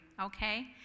okay